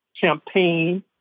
campaign